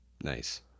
Nice